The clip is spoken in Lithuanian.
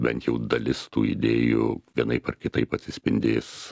bent jau dalis tų idėjų vienaip ar kitaip atsispindės